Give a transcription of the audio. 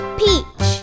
peach